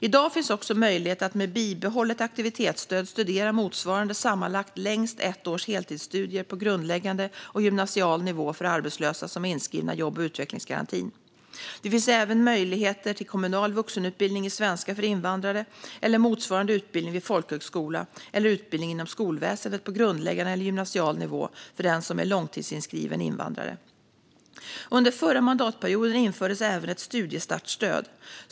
I dag finns också möjlighet att med bibehållet aktivitetsstöd studera motsvarande sammanlagt längst ett års heltidsstudier på grundläggande och gymnasial nivå för arbetslösa som är inskrivna i jobb och utvecklingsgarantin. Det finns även möjligheter till kommunal vuxenutbildning i svenska för invandrare eller motsvarande utbildning vid folkhögskola eller utbildning inom skolväsendet på grundläggande eller gymnasial nivå för den som är långtidsinskriven invandrare. Under förra mandatperioden infördes även ett studiestartsstöd.